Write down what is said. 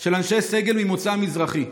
של אנשי סגל ממוצא מזרחי.